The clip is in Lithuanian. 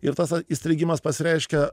ir tas įstrigimas pasireiškia